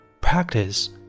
Practice